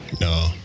no